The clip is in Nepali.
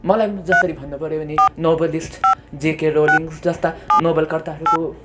मलाई जसरी भन्नु पऱ्यो भने नोभलिस्ट जे के रोलिङ्हसरू जस्ता नोभलकर्ताहरूको